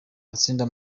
atsinda